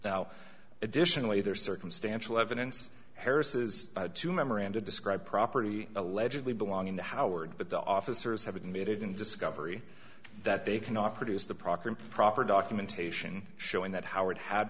now additionally there's circumstantial evidence harris's to memoranda describe property allegedly belonging to howard but the officers have admitted in discovery that they cannot produce the proper improper documentation showing that howard had